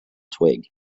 twig